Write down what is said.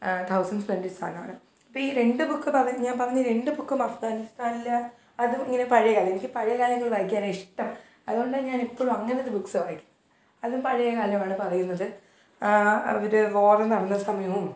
thousands പെന്നിസാനാണ് അപ്പം ഈ രണ്ട് ബുക്കും പ ഞാൻ പറഞ്ഞ രണ്ട് ബുക്കും അഫ്ഗാനിസ്ഥാനിലെ അതും ഇങ്ങനെ പഴയത് ആണ് എനിക്ക് പഴയ കാലങ്ങൾ വായിക്കാനാണിഷ്ടം അതുകൊണ്ടാണ് ഞാനെപ്പോഴും അങ്ങനത്തെ ബുക്സ് വായിക്കുന്നത് അതും പഴയ കാലവാണ് പറയുന്നത് അവർ വാറ് നടന്ന സമയോം